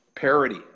Parity